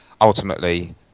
ultimately